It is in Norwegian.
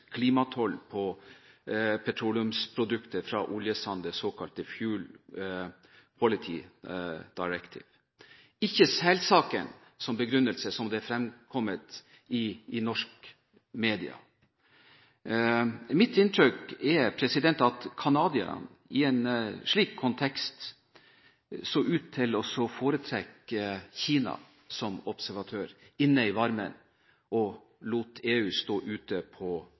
klimatoll på petroleumsprodukter fra oljesand – det såkalte Fuel Quality Directive. Selsaken er ikke begrunnelsen, slik det har fremkommet i norske medier. Mitt inntrykk er at canadierne – i en slik kontekst – så ut til å foretrekke Kina som observatør og tok dem inn i varmen og lot EU stå ute på